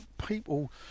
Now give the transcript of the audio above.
People